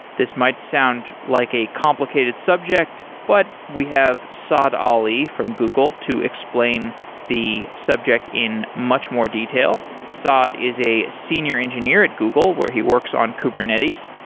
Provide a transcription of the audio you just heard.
this might sound like a complicated subject but we have saad ali from google to explain the subject in much more detail. saad is a senior engineer at google where he works on kubernetes.